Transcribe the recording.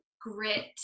grit